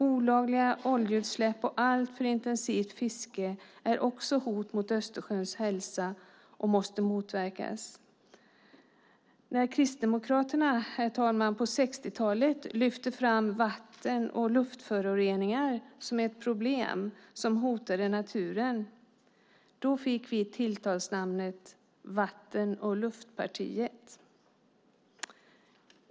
Olagliga oljeutsläpp och alltför intensivt fiske är också hot mot Östersjöns hälsa och måste motverkas. När Kristdemokraterna på 60-talet lyfte fram vatten och luftföroreningar som ett problem som hotade naturen fick vi tilltalsnamnet vatten och luftpartiet.